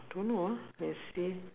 don't know ah let's see